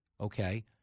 okay